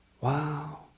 Wow